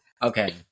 Okay